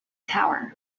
tower